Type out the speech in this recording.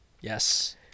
yes